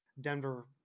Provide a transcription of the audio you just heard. Denver